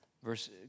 Verse